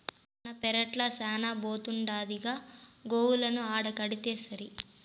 మన పెరట్ల శానా బోతుండాదిగా గోవులను ఆడకడితేసరి